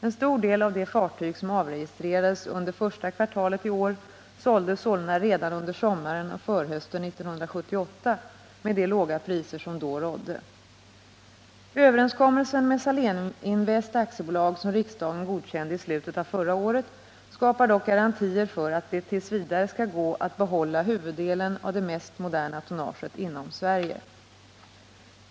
En stor del av de fartyg som avregistrerades under första kvartalet i år såldes sålunda redan under sommaren och förhösten 1978 med de låga priser som då rådde. Överenskommelsen med Saléninvest AB, som riksdagen godkände i slutet av förra året, skapar dock garantier för att det t. v. skall gå att behålla huvuddelen av det mest moderna tonnaget inom Sverige.